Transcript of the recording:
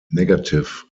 negative